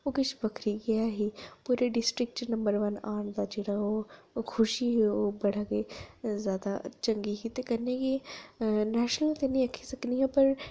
गल्ल बक्खरी गै ऐ ही पूरे डिस्ट्रिक्ट च नम्बर वन औने दी खुशी ओ बड़ी गै जैदा चंगी ही ते कन्नै गै नेशनल नेईं आक्खी सकनियां ते इंटरनेशनल अवार्ड में इक जित्ते दा ऐ